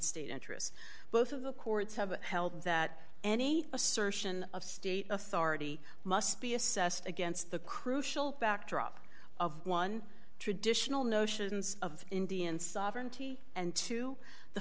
state interests both of the courts have held that any assertion of state authority must be assessed against the crucial backdrop of one traditional notions of indian sovereignty and to the